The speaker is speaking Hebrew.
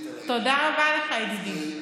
תודה רבה לך, ידידי.